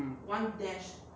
mm